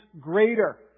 greater